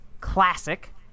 classic